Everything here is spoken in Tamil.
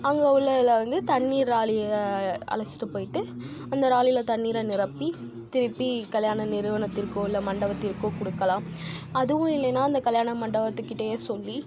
அங்கே உள்ள இதில் வந்து தண்ணீர் லாரி அழைச்சிட்டு போய்ட்டு அந்த லாரியில் தண்ணீரை நிரப்பி திருப்பி கல்யாண நிறுவனத்திற்கோ இல்லை மண்டபத்திற்கோ கொடுக்கலாம் அதுவும் இல்லைனா அந்த கல்யாண மண்டபத்துகிட்டயே சொல்லி